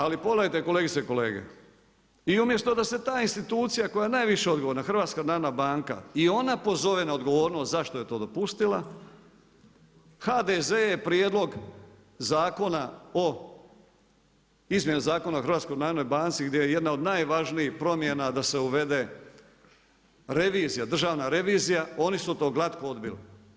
Ali pogledajte kolegice i kolege, i umjesto da se ta institucija koja najviše odgovorna HNB i ona pozove na odgovornost zašto je to dopustila HDZ je Prijedlog zakona o, Izmjene zakona o HNB-u gdje je jedna od najvažnijih promjena da se uvede revizija, državna revizija, oni su to glatko odbili.